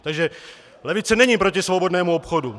Takže levice není proti svobodnému obchodu.